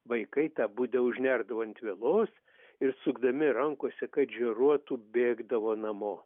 vaikai tą budę užnerdavo ant vielos ir sukdami rankose kad žioruotų bėgdavo namo